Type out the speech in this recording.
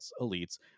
elites